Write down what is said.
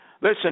Listen